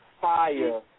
fire